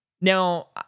Now